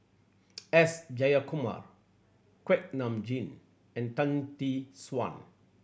S Jayakumar Kuak Nam Jin and Tan Tee Suan